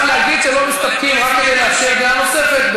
עכשיו להגיד שלא מסתפקים רק כדי לאפשר דעה נוספת,